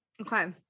okay